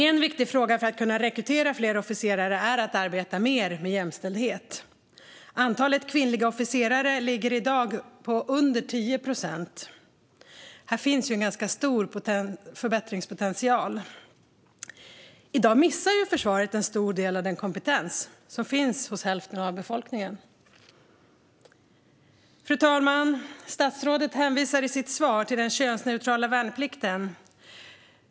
En viktig fråga för att kunna rekrytera fler officerare är att arbeta mer med jämställdhet. Andelen kvinnliga officerare ligger i dag under 10 procent. Här finns en ganska stor förbättringspotential. I dag missar ju försvaret en stor del av den kompetens som finns hos hälften av befolkningen. Fru talman! Statsrådet hänvisar i sitt svar till den könsneutrala värnplikten.